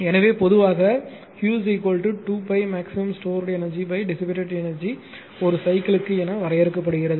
எனவே பொதுவாக Q 2 by maximum stored energy dissipated energy ஒரு சைக்கிள் க்கு என வரையறுக்கப்படுகிறது